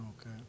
Okay